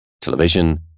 television